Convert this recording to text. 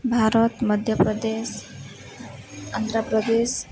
ଭାରତ ମଧ୍ୟପ୍ରଦେଶ ଆନ୍ଧ୍ରପ୍ରଦେଶ